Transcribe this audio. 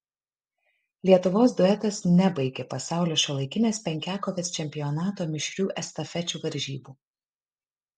lietuvos duetas nebaigė pasaulio šiuolaikinės penkiakovės čempionato mišrių estafečių varžybų